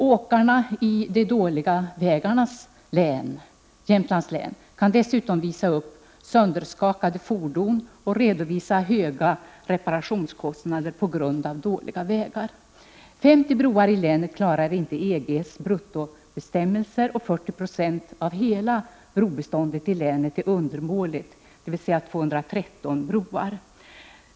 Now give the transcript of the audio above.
Åkarna i de dåliga vägarnas län, Jämtlands län, kan dessutom visa upp sönderskakade fordon. De kan också redovisa höga reparationskostnader på grund av dåliga vägar. 50 broar i länet klarar inte EG:s bruttoviktsbestämmelser, och 40 96 av hela brobeståndet i länet är undermåligt — dvs. 213 broar.